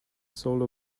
solo